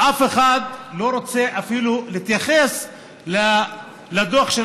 ואף אחד לא רוצה אפילו להתייחס לדוח של